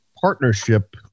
partnership